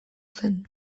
zen